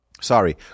Sorry